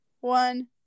one